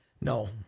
No